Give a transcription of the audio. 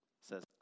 says